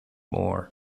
more